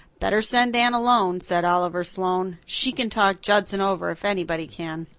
better send anne alone, said oliver sloane. she can talk judson over if anybody can.